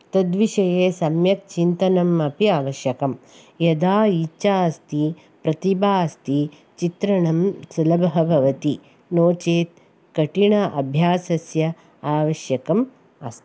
तद्विषये सम्यक् चिन्तनम् अपि आवश्यकं यदा इच्छा अस्ति प्रतिभा अस्ति चित्रणं सुलभः भवति नो चेत् कठिण अभ्यासस्य आवश्यकम् अस्ति